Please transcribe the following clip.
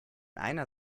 einer